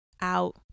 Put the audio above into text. out